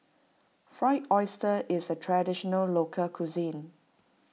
Fried Oyster is a Traditional Local Cuisine